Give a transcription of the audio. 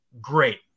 great